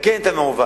לתקן את המעוות